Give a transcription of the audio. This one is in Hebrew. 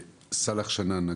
סאלח שנאן,